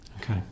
Okay